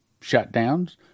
shutdowns